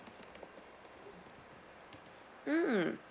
mm